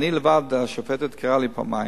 לי לבד השופטת קראה פעמיים.